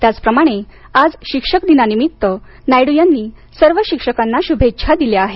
त्याचप्रमाणे आज शिक्षक दिनानानिमित्त नायडू यांनी सर्व शिक्षकांना शुभेच्छा दिल्या आहेत